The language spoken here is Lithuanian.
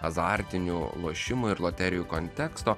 azartinių lošimų ir loterijų konteksto